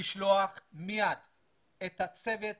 לשלוח מיד את הצוות